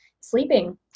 sleeping